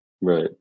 Right